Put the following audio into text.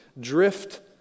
drift